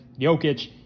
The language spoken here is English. Jokic